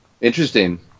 Interesting